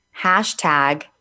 hashtag